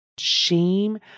Shame